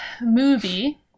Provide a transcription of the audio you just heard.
movie